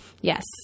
yes